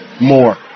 more